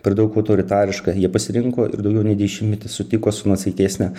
per daug autoritariška jie pasirinko ir daugiau nei dešimtmetį sutiko su nuosaikesne